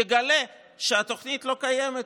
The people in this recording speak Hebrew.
יגלה שהתוכנית לא קיימת,